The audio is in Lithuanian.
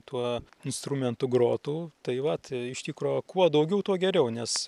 tuo instrumentu grotų tai vat iš tikro kuo daugiau tuo geriau nes